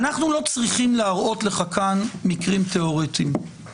אנחנו לא צריכים להראות לך כאן מקרים תיאורטיים.